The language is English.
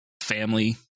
family